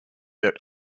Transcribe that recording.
that